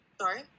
Sorry